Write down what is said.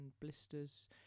blisters